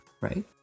right